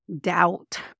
doubt